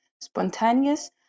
spontaneous